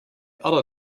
other